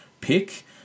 pick